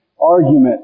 argument